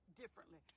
differently